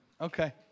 Okay